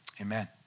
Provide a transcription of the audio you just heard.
Amen